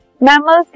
Mammals